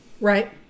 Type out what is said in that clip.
right